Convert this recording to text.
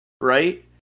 right